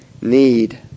need